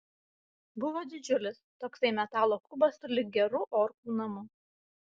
buvo didžiulis toksai metalo kubas sulig geru orkų namu